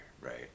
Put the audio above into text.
right